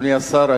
אדוני השר,